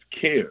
care